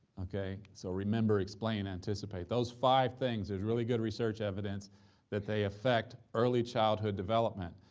okay? so remember, explain, anticipate. those five things, there's really good research evidence that they affect early childhood development,